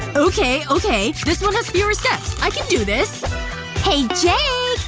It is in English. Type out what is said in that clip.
okay okay. this one has fewer steps. i can do this hey jaaaaake.